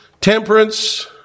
temperance